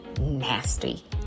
nasty